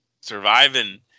Surviving